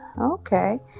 Okay